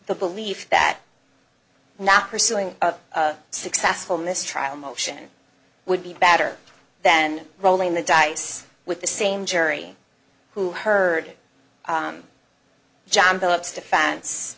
the belief that not pursuing a successful mistrial motion would be better than rolling the dice with the same jury who heard john phillips defense